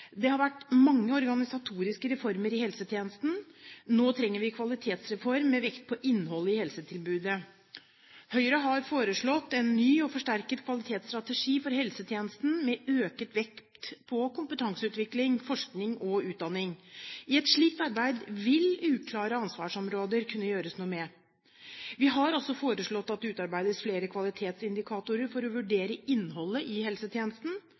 Det har vært mange organisatoriske reformer i helsetjenesten, nå trenger vi en kvalitetsreform med vekt på innholdet i helsetilbudet. Høyre har foreslått en ny og forsterket kvalitetsstrategi for helsetjenesten, med økt vekt på kompetanseutvikling, forskning og utdanning. I et slikt arbeid vil uklare ansvarsområder kunne gjøres noe med. Vi har også foreslått at det utarbeides flere kvalitetsindikatorer for å vurdere innholdet i helsetjenesten.